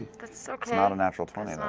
that's so kind of natural twenty,